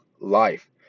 life